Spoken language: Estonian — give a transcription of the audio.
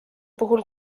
puhul